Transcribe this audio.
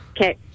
Okay